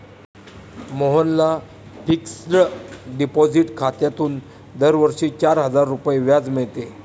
मोहनला fixed deposit खात्यातून दरवर्षी चार हजार रुपये व्याज मिळते